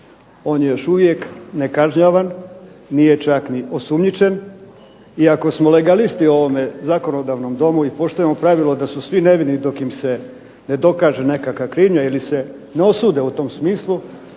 on je još uvijek nekažnjavan, nije čak ni osumnjičen. I ako smo legalisti u ovome zakonodavnom Domu i poštujemo pravilo da su svi nevini dok im se ne dokaže nekakva krivnja ili se ne osude u tom smislu